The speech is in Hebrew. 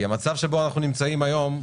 כי המצב שבו אנחנו נמצאים היום,